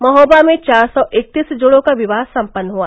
महोबा में चार सौ इकत्तीस जोड़ों का विवाह संपन्न हुआ